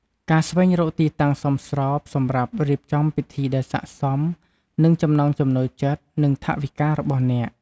ការស្វែងរកទីតាំងសមស្របសម្រាប់រៀបចំពិធីដែលស័ក្តិសមនឹងចំណង់ចំណូលចិត្ត និងថវិការបស់អ្នក។